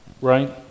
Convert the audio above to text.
right